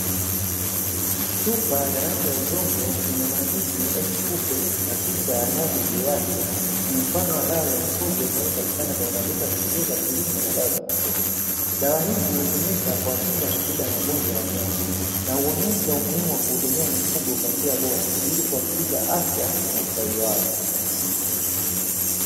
Chupa ya rangi ya rangi ya udongo yenye maandishi Xkupe na picha ya ng’ombe juu yake, ni mfano wa dawa za mifugo zinazopatikana kwenye maduka ya pembejeo za kilimo na dawa za mifugo. Dawa hizi hutumika kwa kinga na tiba ya magonjwa ya wanyama, na huonyesha umuhimu wa kuwahudumia mifugo kwa njia bora ili kuhakikisha afya na ustawi wao.